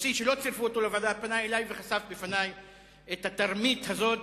רוסי שלא צירפו אותו לוועדה פנה אלי וחשף בפני את התרמית הזאת